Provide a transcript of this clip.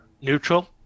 neutral